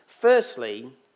Firstly